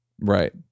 Right